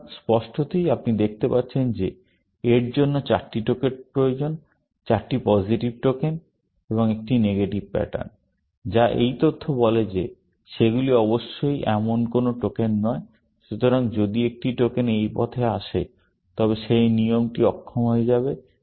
সুতরাং স্পষ্টতই আপনি দেখতে পাচ্ছেন যে এর জন্য চারটি টোকেন প্রয়োজন চারটি পজিটিভ টোকেন এবং একটি নেগেটিভ প্যাটার্ন যা এই তথ্য বলে যে সেগুলি অবশ্যই এমন কোনও টোকেন নয়। সুতরাং যদি একটি টোকেন এই পথে আসে তবে সেই নিয়মটি অক্ষম হয়ে যাবে